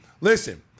listen –